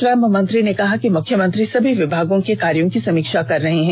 श्रम मंत्री ने कहा कि मुख्यमंत्री सभी विभागों के कार्यो की समीक्षा कर रहे हैं